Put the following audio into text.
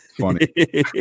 Funny